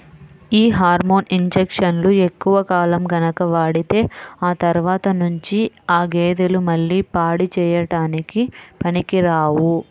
యీ హార్మోన్ ఇంజక్షన్లు ఎక్కువ కాలం గనక వాడితే ఆ తర్వాత నుంచి ఆ గేదెలు మళ్ళీ పాడి చేయడానికి పనికిరావు